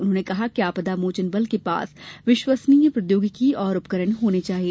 उन्होंने कहा कि आपदा मोचन बल के पास विश्वस्तरीय प्रौद्योगिकी और उपकरण होने चाहिए